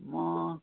म